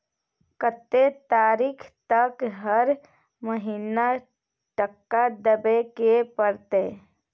कत्ते तारीख तक हर महीना टका देबै के परतै?